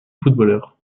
footballeur